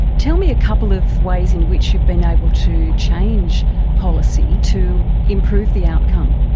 tell me a couple of ways in which you've been able to change policy to improve the outcome?